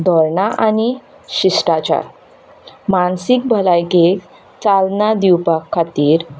धोरणां आऩी शिश्टाचार मानसीक भलायकेक चालना दिवपा खातीर